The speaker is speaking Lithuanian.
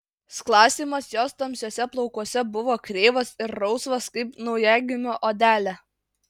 sklastymas jos tamsiuose plaukuose buvo kreivas ir rausvas kaip naujagimio odelė